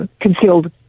concealed